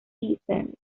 seasons